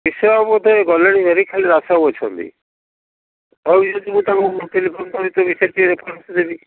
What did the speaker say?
ମିଶ୍ର ବାବୁ ବୋଧେ ଗଲେଣି ଭାରି ଖାଲି ଦାଶ ବାବୁ ଅଛନ୍ତି କହିବୁ ଯଦି ମୁଁ ତାଙ୍କୁ ତୋ ବିଷୟରେ ଟିକେ ରେଫରେନ୍ସ ଦେବି